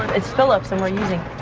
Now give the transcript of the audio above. it's philip's. and we're using